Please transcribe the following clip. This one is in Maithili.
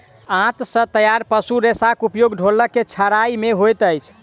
आंत सॅ तैयार पशु रेशाक उपयोग ढोलक के छाड़य मे होइत अछि